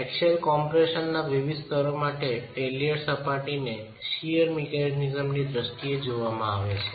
axial કમ્પ્રેશનના વિવિધ સ્તરો માટે ફેઇલ્યર સપાટીને શિઅર મિકેનિઝમની દ્રષ્ટિએ જોવામાં આવે છે